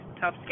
tough